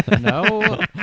no